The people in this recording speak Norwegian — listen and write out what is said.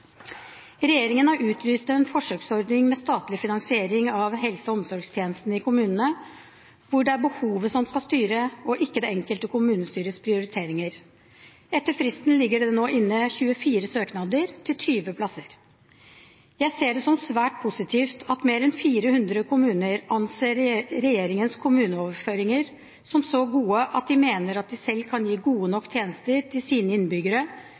Regjeringen har utlyst en forsøksordning med statlig finansiering av helse- og omsorgstjenestene i kommunene, hvor det er behovet som skal styre, og ikke det enkelte kommunestyrets prioriteringer. Etter fristen ligger det nå inne 24 søknader til 20 plasser. Jeg ser det som svært positivt at mer enn 400 kommuner anser regjeringens kommuneoverføringer som så gode at de mener at de selv kan gi gode nok tjenester til sine innbyggere